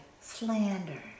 slander